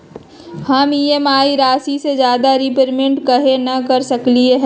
हम ई.एम.आई राशि से ज्यादा रीपेमेंट कहे न कर सकलि ह?